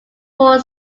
four